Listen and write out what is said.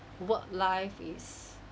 work life is